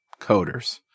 coders